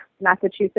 Massachusetts